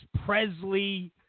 Presley